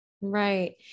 Right